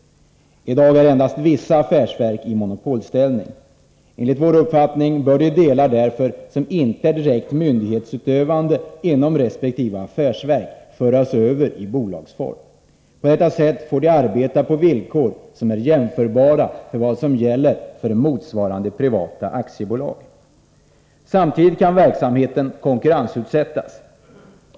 I dag har endast vissa affärsverk monopolställning. Enligt vår uppfattning bör de delar inom resp. affärsverk som inte är direkt myndighetsutövande därför ombildas till bolag. På detta sätt skulle de få arbeta på villkor som är jämförbara med dem som gäller för motsvarande privata företag. Samtidigt kan verksamheten konkurrensutsättas.